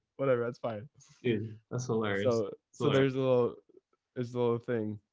whatever. that's fine. that's hilarious. so there's a little, it's the little thing.